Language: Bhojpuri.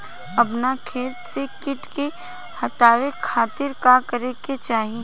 अपना खेत से कीट के हतावे खातिर का करे के चाही?